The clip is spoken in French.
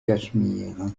cachemire